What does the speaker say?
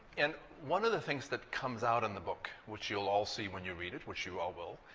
and one of the things that comes out in the book, which you'll all see when you read it, which you all will,